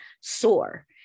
soar